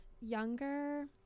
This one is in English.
younger